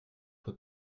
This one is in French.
pot